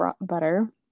butter